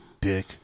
dick